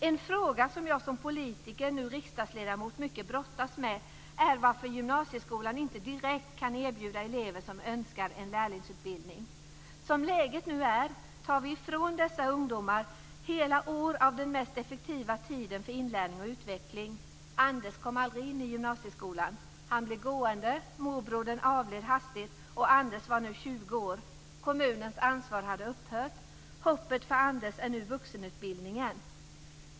En fråga som jag som politiker, nu riksdagsledamot, mycket brottats med är varför gymnasieskolan inte direkt kan erbjuda elever som så önskar en lärlingsutbildning. Som läget nu är tar vi ifrån vissa ungdomar hela år av den mest effektiva tiden för inlärning och utveckling. Anders kom aldrig in i gymnasieskolan. Han gick kvar, och när morbrodern hastigt avled var Anders 20 år. Kommunens ansvar hade upphört. Hoppet för Anders är nu vuxenutbildningen.